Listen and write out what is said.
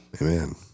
Amen